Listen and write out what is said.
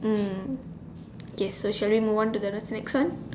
mm okay so shall we move on to the the next one